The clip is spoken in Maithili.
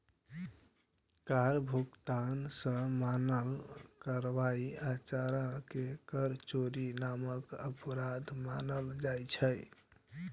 कर भुगतान सं मना करबाक आचरण कें कर चोरी नामक अपराध मानल जाइ छै